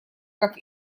как